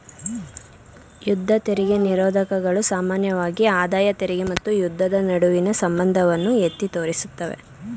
ಯುದ್ಧ ತೆರಿಗೆ ನಿರೋಧಕಗಳು ಸಾಮಾನ್ಯವಾಗಿ ಆದಾಯ ತೆರಿಗೆ ಮತ್ತು ಯುದ್ಧದ ನಡುವಿನ ಸಂಬಂಧವನ್ನ ಎತ್ತಿ ತೋರಿಸುತ್ತವೆ